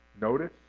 notice